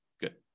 Good